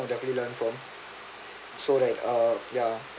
definitely learn from so like uh ya